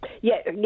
Yes